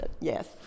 Yes